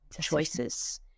choices